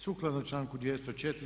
Sukladno članku 204.